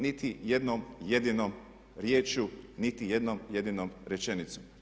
Niti jednom jedinom riječju niti jednom jedinom rečenicom.